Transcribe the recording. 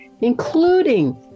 including